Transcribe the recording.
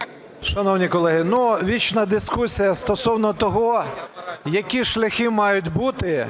АРЕШОНКОВ В.Ю. Шановні колеги, вічна дискусія стосовно того, які шляхи мають бути